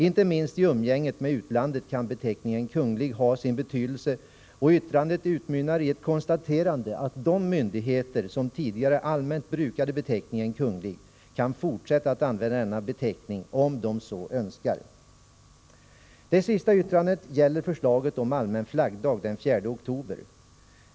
Inte minst i umgänget med utlandet kan beteckningen kunglig ha sin betydelse, och yttrandet utmynnar i ett konstaterande att de myndigheter som tidigare allmänt brukade beteckningen kunglig kan fortsätta att använda denna beteckning om de så önskar. Det sista yttrandet gäller förslaget om allmän flaggdag den 4 oktober.